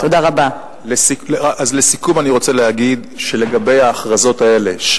לסיכום אני רוצה להגיד שלגבי ההכרזות האלה,